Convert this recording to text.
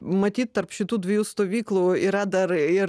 matyt tarp šitų dviejų stovyklų yra dar ir